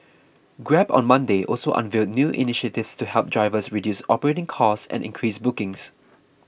grab on Monday also unveiled new initiatives to help drivers reduce operating costs and increase bookings